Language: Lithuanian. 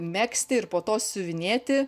megzti ir po to siuvinėti